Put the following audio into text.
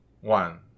One